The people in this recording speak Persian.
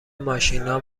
ماشینا